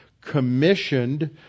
commissioned